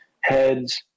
heads